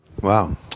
Wow